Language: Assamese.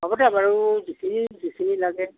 হ'ব দে বাৰু যিখিনি যিখিনি লাগে